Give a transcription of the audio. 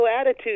attitude